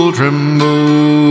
tremble